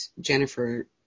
Jennifer